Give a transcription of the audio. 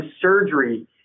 surgery